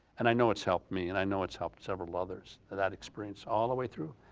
and i know it's helped me and i know it's helped several others that experience all the way through,